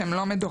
שהם לא מדורגים,